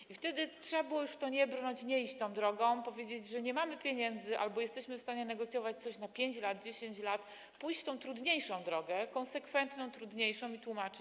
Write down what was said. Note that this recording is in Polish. I wtedy trzeba było już w to nie brnąć, nie iść tą drogą, powiedzieć, że nie mamy pieniędzy albo że jesteśmy w stanie negocjować coś na 5 lat, 10 lat, pójść tą trudniejszą drogą, konsekwentną, ale trudniejszą i tłumaczyć.